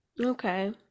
Okay